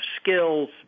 skills